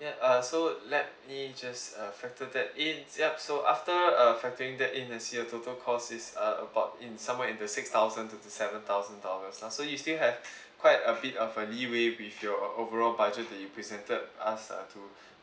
ya uh so let me just uh factor that in yup so after uh factoring that in I see your total costs is uh about in somewhere in the six thousand to seven thousand dollars lah so you have quite a bit of a leeway with your overall budget that you presented us uh to